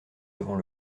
devant